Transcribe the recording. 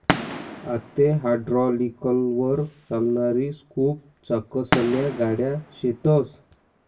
आते हायड्रालिकलवर चालणारी स्कूप चाकसन्या गाड्या शेतस